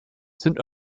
sind